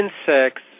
insects